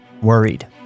worried